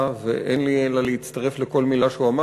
ואין לי אלא להצטרף לכל מילה שהוא אמר.